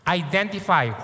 identify